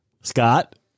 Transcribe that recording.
Scott